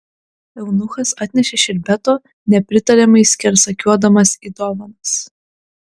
eunuchas atnešė šerbeto nepritariamai skersakiuodamas į dovanas